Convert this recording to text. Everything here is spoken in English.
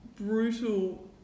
brutal